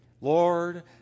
Lord